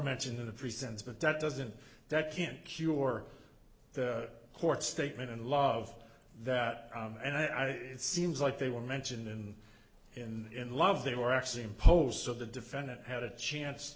mentioned in the presents but that doesn't that can't cure the court's statement and love that and i think it seems like they were mentioned and in love they were actually imposed of the defendant had a chance